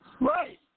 Right